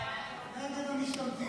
נגד המשתמטים.